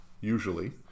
usually